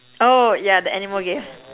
oh yeah the animal game